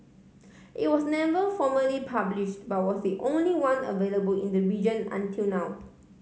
it was never formally published but was the only one available in the region until now